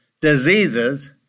diseases